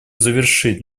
завершить